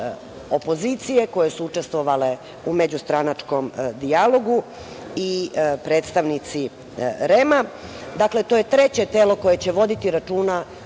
opozicije koje su učestvovale u međustranačkom dijalogu i predstavnici REM-a. Dakle, to je treće telo koje će voditi računa